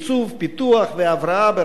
פיתוח והבראה ברשויות,